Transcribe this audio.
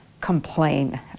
complain